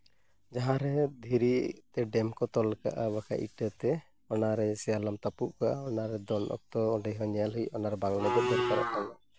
ᱡᱟᱦᱟᱸ ᱨᱮ ᱫᱷᱤᱨᱤ ᱛᱮ ᱰᱮᱢ ᱠᱚ ᱛᱚᱞ ᱠᱟᱜᱼᱟ ᱵᱟᱠᱷᱟᱡ ᱤᱴᱟᱹᱛᱮ ᱚᱱᱟᱨᱮ ᱥᱮᱭᱟᱞᱚᱢ ᱛᱟᱹᱯᱩᱜ ᱠᱚᱜᱼᱟ ᱚᱱᱟᱨᱮ ᱫᱚᱱ ᱚᱠᱛᱚ ᱚᱸᱰᱮ ᱦᱚᱸ ᱮᱞ ᱦᱩᱭᱩᱜᱼᱟ ᱚᱱᱟᱨᱮ ᱵᱟᱝ ᱞᱮᱵᱮᱫ ᱠᱟᱛᱮᱫ